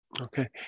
Okay